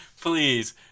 please